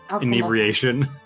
inebriation